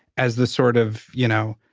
as the sort of, you know,